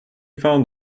found